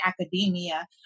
academia